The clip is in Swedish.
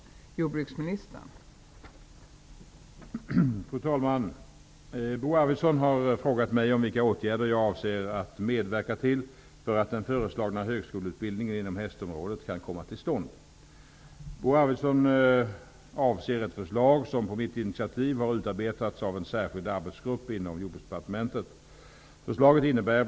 Arbetsgruppen avlämnade sitt förslag i augusti. Arbetsgruppen redovisar i sin promemoria det behov som finns av en ny utbildning, vilka utbildningar som finns i dag och kostnaderna för dessa.